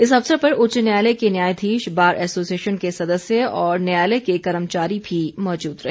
इस अवसर पर उच्च न्यायालय के न्यायधीश बार एसोसिएशन के सदस्य और न्यायालय के कर्मचारी भी मौजूद रहे